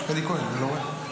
אלי כהן, אתה לא רואה?